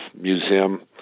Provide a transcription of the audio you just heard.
museum